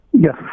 Yes